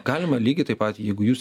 galima lygiai taip pat jeigu jūs